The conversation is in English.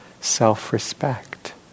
self-respect